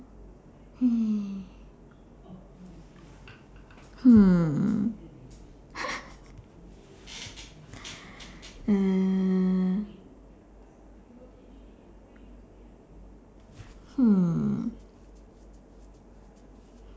hmm mm hmm